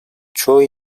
çoğu